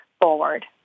forward